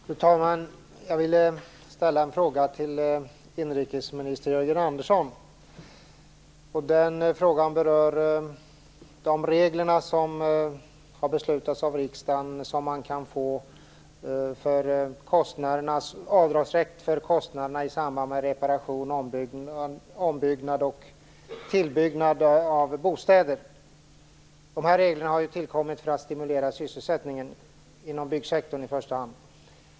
Fru talman! Jag vill ställa en fråga till inrikesminister Jörgen Andersson. Den frågan berör de regler som har beslutats av riksdagen om avdragsrätt för kostnaderna i samband med reparation, ombyggnad och tillbyggnad av bostäder. Dessa regler har ju tillkommit för att stimulera sysselsättningen inom byggsektorn i första hand.